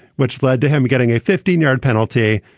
which led to him getting a fifty and yard penalty,